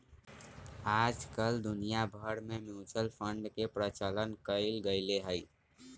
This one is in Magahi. आजकल दुनिया भर में म्यूचुअल फंड के प्रचलन कइल गयले है